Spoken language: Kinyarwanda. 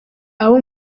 abo